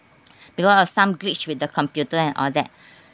because of some glitch with the computer and all that